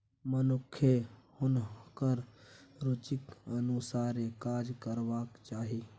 मनुखकेँ हुनकर रुचिक अनुसारे काज करबाक चाही